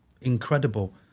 incredible